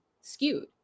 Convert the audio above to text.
skewed